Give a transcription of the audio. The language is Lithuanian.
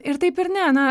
ir taip ir ne na